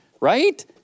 right